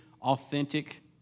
authentic